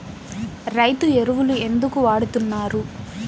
రైతు ఎరువులు ఎందుకు వాడుతున్నారు?